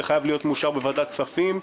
זה חייב להיות מאושר בוועדת הכספים.